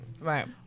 Right